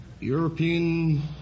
European